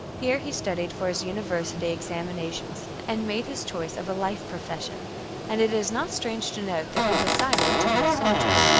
here he studied for his university examinations, and made his choice of a life profession and it is not strange to note that he decided to be a soldier.